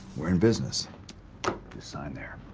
we're in business. just sign there.